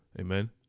Amen